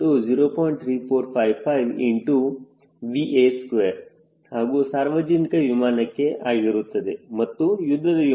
3455VA2 ಹಾಗೂ ಸಾರ್ವಜನಿಕ ವಿಮಾನಕ್ಕೆ ಆಗಿರುತ್ತದೆ ಮತ್ತು ಯುದ್ಧದ ವಿಮಾನಗಳಿಗೆ Sland0